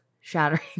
shattering